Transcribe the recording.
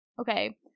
okay